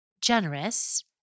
generous